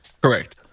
correct